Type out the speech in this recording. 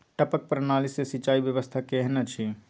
टपक प्रणाली से सिंचाई व्यवस्था केहन अछि?